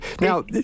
now